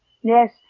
Yes